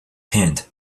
hand